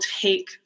take